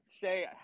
say